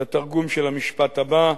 את התרגום של המשפט הבא: